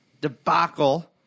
debacle